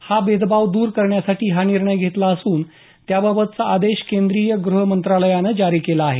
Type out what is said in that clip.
हा भेदभाव द्र करण्यासाठी हा निर्णय घेतला असून त्याबाबतचा आदेश केंद्रीय गृहमंत्रालयानं जारी केला आहे